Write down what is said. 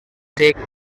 take